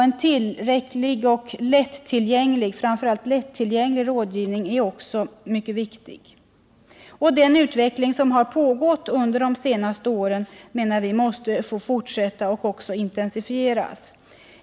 En tillräcklig och framför allt lättillgänglig rådgivning är också mycket viktig. Den utveckling som har pågått de senaste åren menar vi måste få fortsätta och också intensifieras.